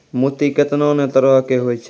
मोती केतना नै तरहो के होय छै